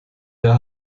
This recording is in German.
der